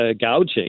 gouging